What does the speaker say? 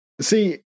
See